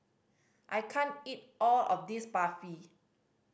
I can't eat all of this Barfi